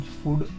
food